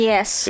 Yes